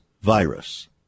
virus